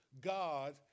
God